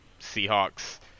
Seahawks